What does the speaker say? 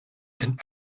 and